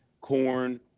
corn